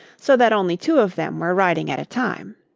so that only two of them were riding at a time.